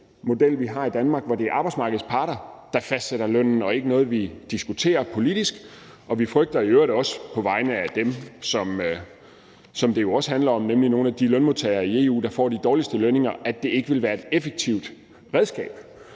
model, vi har i Danmark, hvor det er arbejdsmarkedets parter, der fastsætter lønnen, og ikke noget, vi diskuterer politisk. Vi frygter i øvrigt også på vegne af dem, som det jo også handler om, nemlig nogle af de lønmodtagere i EU, der får de dårligste lønninger, at det ikke vil være et effektivt redskab.